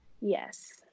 Yes